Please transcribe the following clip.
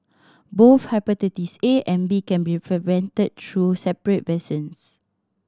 both hepatitis A and B can be prevented through separate vaccines